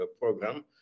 Program